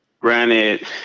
granted